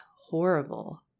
horrible